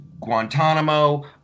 Guantanamo